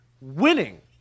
Winning